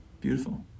Beautiful